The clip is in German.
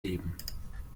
leben